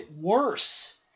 worse